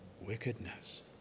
wickedness